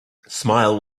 smile